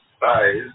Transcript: size